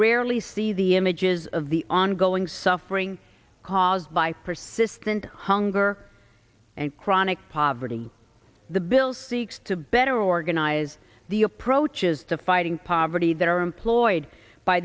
rarely see the images of the ongoing suffering caused by persistent hunger and chronic poverty the bill seeks to better organize the approaches to fighting poverty that are employed by